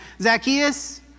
Zacchaeus